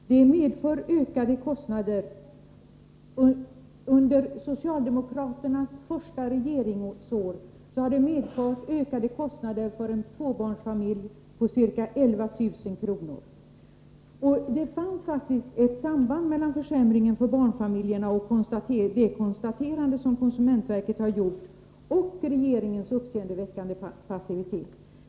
Under socialdemokraternas första regeringsår har detta medfört ökade kostnader för en tvåbarnsfamilj på ca 11 000 kr. Det finns faktiskt ett samband mellan den försämring för barnfamiljerna som konsumentverket har konstaterat och regeringens uppseendeväckande passivitet.